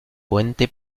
puente